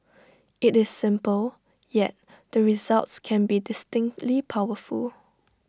IT is simple yet the results can be distinctly powerful